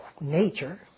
nature